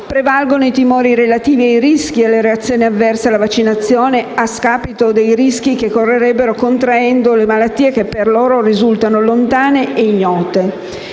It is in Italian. prevalgono i timori relativi ai rischi e alle reazioni avverse alla vaccinazione, a scapito dei rischi che correrebbero contraendo malattie che per loro risultano lontane e ignote.